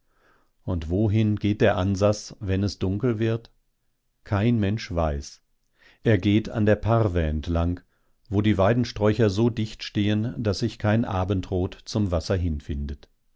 und wohin geht der ansas wenn es dunkel wird kein mensch weiß er geht an der parwe entlang wo die weidensträucher so dicht stehen daß sich kein abendrot zum wasser hinfindet